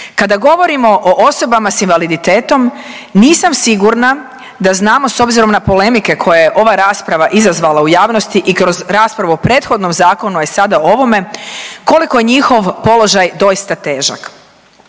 Kada govorimo o osobama s invaliditetom, nisam sigurna da znamo, s obzirom na polemike koje je ova rasprava izazvala u javnosti i kroz raspravu o prethodnom zakonu je sada ovome, koliko je njihov položaj doista težak.